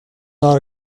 not